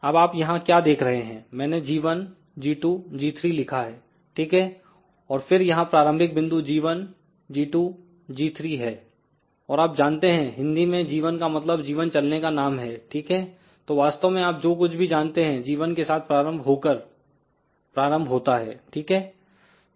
अब आप यहां क्या देख रहे हैं मैंने g1 g2 g3 लिखा हैठीक है और फिर यहां प्रारंभिक बिंदु g1 g2 g3 है और आप जानते हैं हिंदी में g 1 का मतलबजीवन चलने का नाम है ठीक हैतो वास्तव में आप जो कुछ भी जानते हैं g 1 के साथ प्रारंभ होकर प्रारंभ होता है ठीक है